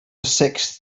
sixth